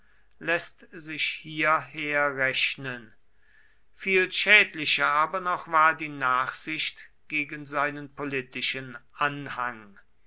läßt sich hierher rechnen viel schädlicher aber noch war die nachsicht gegen seinen politischen anhang